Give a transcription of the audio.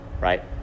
right